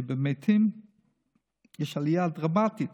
שבמספר המתים יש עלייה דרמטית.